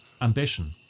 Ambition